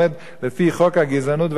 לפי חוק הגזענות והסתה,